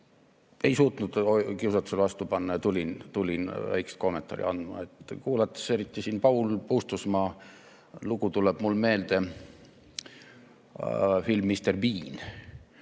ei suutnud kiusatusele vastu panna ja tulin väikest kommentaari andma. Kuulates eriti Paul Puustusmaa lugu, tuli mulle meelde film "Mr Bean".